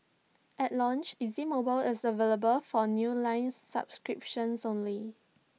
at launch easy mobile is available for new line subscriptions only